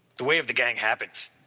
the way of the gang happens.